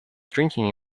drinking